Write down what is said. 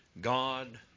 God